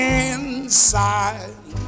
inside